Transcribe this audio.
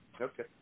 Okay